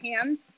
hands